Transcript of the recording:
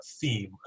theme